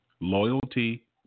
Loyalty